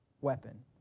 weapon